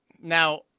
now